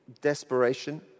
desperation